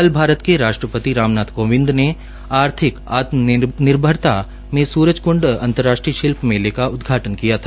कल भारत के राष्ट्रपति राम नाथ कोविंद ने आर्थिक आत्मनिर्भरता में सूरजक्ंड अंतर्राष्ट्रीय शिल्प मेला का उदघाटन किा था